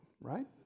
right